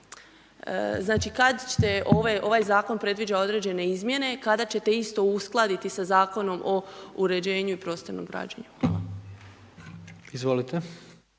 Znači kad ćete ovaj zakon predviđa određene izmjene i kada ćete isto uskladiti sa Zakonom o uređenju i prostornom građenju? Hvala.